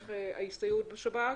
להמשך ההסתייעות בשב"כ,